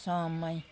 समय